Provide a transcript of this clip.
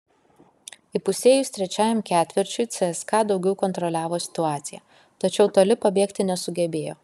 įpusėjus trečiajam ketvirčiui cska daugiau kontroliavo situaciją tačiau toli pabėgti nesugebėjo